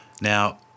Now